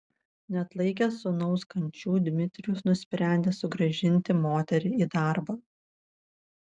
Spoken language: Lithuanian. neatlaikęs sūnaus kančių dmitrijus nusprendė sugrąžinti moterį į darbą